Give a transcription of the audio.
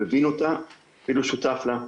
מבין אותו ואפילו שותף לו,